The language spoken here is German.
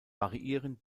variieren